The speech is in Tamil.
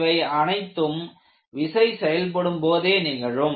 இவை அனைத்தும் விசை செயல்படும் போதே நிகழும்